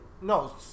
No